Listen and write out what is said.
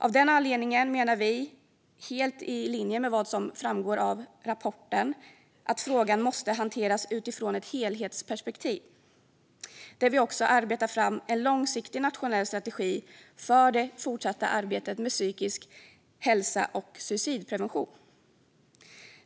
Av den anledningen menar vi, helt i linje med vad som framgår av rapporten, att frågan måste hanteras utifrån ett helhetsperspektiv och genom att vi arbetar fram en långsiktig nationell strategi för det fortsatta arbetet med psykisk hälsa och suicidprevention.